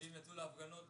אנשים יצאו להפגנות